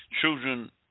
Children